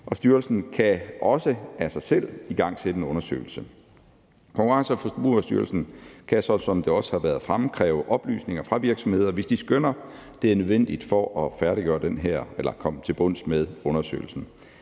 styrelsen kan også af sig selv igangsætte en undersøgelse. Konkurrence- og Forbrugerstyrelsen kan så, som det også har været fremme, kræve oplysninger fra virksomheder, hvis de skønner, at det er nødvendigt for at komme til bunds med undersøgelsen.